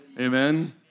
amen